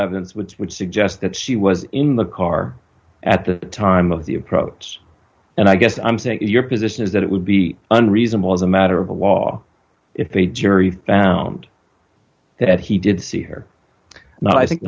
evidence which would suggest that she was in the car at the time of the approach and i guess i'm saying your position is that it would be unreasonable as a matter of law if the jury found that he did see her but i think